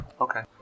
Okay